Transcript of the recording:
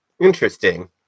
Interesting